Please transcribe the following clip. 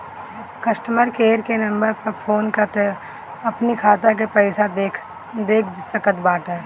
customer care के number पअ phone कअ के तू अपनी खाता के पईसा देख सकत बटअ